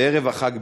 בערב החג בלבד.